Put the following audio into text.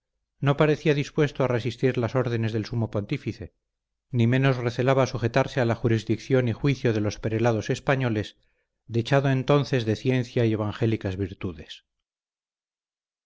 no parecía dispuesto a resistir las órdenes del sumo pontífice ni menos recelaba sujetarse a la jurisdicción y juicio de los prelados españoles dechado entonces de ciencia y evangélicas virtudes